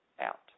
out